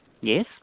Yes